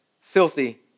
filthy